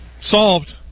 Solved